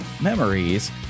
memories